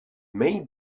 may